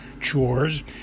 chores